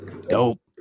Dope